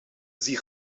zie